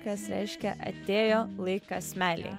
kas reiškia atėjo laikas meilei